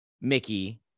Mickey